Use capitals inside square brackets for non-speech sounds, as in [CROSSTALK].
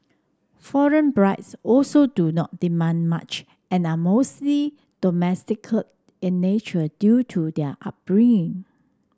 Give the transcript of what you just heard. foreign brides also do not demand much and are mostly [UNINTELLIGIBLE] in nature due to their upbringing